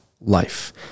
life